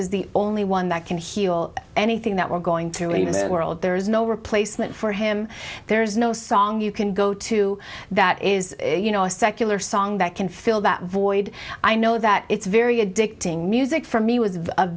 is the only one that can heal anything that we're going to lean on world there is no replacement for him there's no song you can go to that is you know a secular song that can fill that void i know that it's very addicting music for me was